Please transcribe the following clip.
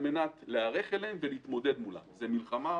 מנת להיערך אליהם ולהתמודד מולם: מלחמה,